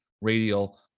radial